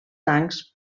tancs